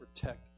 protect